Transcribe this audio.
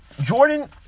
Jordan